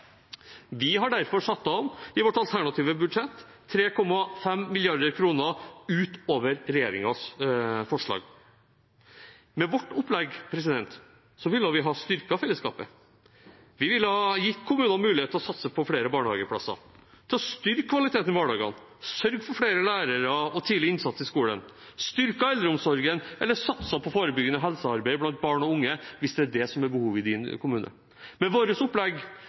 Vi har derfor i vårt alternative budsjett satt av 3,5 mrd. kr utover regjeringens forslag. Med vårt opplegg ville vi ha styrket fellesskapet, vi ville ha gitt kommunene mulighet til å satse på flere barnehageplasser, til å styrke kvaliteten i barnehagen, sørget for flere lærere og tidlig innsats i skolen, styrket eldreomsorgen eller satset på forebyggende helsearbeid blant barn og unge, hvis det er det som er behovet i kommunen. Med vårt opplegg